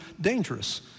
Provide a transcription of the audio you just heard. dangerous